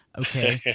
okay